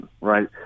right